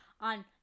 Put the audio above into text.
on